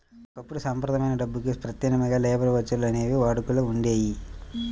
ఒకప్పుడు సంప్రదాయమైన డబ్బుకి ప్రత్యామ్నాయంగా లేబర్ ఓచర్లు అనేవి వాడుకలో ఉండేయి